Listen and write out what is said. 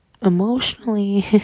Emotionally